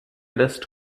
lässt